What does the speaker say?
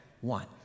one